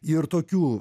ir tokių